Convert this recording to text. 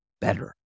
better